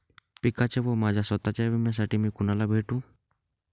पिकाच्या व माझ्या स्वत:च्या विम्यासाठी मी कुणाला भेटू?